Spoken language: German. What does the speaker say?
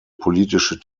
politische